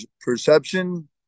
perception